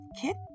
Kit